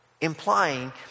Implying